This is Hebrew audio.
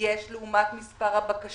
יש לעומת מספר הבקשות.